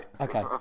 okay